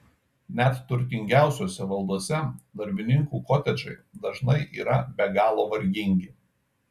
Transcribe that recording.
net turtingiausiose valdose darbininkų kotedžai dažnai yra be galo vargingi